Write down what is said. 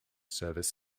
service